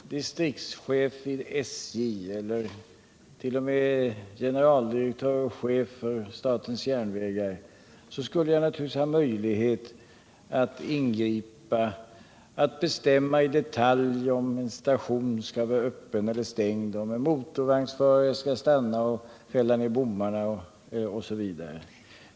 Herr talman! Om jag vore distriktschef vid SJ eller t.o.m. generaldirektör och chef för statens järnvägar skulle jag naturligtvis ha möjlighet att ingripa och bestämma i detalj om en station skall vara öppen eller stängd, om motorvagnsförarna skall stanna och fälla ned bommarna, osv.